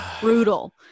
brutal